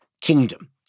kingdom